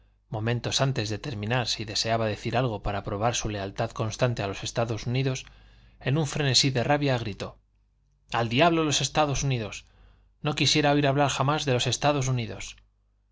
momentos antes de terminar si deseaba decir algo para probar su lealtad constante a los estados unidos en un frenesí de rabia gritó al diablo los estados unidos no quisiera oír hablar jamás de los estados unidos